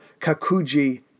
Kakuji